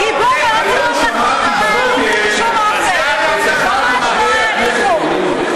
גיבו, בשום אופן, היום בבוקר שמעתי,